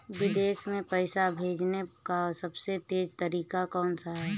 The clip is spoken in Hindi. विदेश में पैसा भेजने का सबसे तेज़ तरीका कौनसा है?